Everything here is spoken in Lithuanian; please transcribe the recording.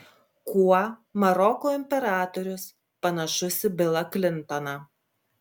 kuo maroko imperatorius panašus į bilą klintoną